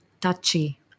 touchy